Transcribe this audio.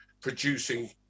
producing